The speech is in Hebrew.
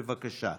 בבקשה.